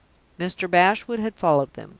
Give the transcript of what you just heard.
mr. bashwood had followed them.